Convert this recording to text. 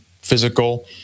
physical